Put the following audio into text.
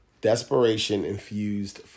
Desperation-infused